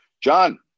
John